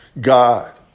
God